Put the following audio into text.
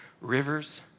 Rivers